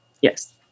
Yes